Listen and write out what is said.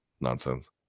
nonsense